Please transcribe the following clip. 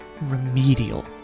remedial